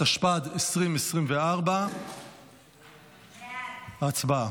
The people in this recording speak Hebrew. התשפ"ד 2024. הצבעה.